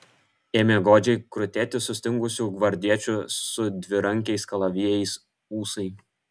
ėmė godžiai krutėti sustingusių gvardiečių su dvirankiais kalavijais ūsai